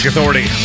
Authority